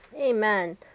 Amen